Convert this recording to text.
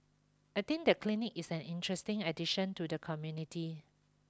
I think the clinic is an interesting addition to the community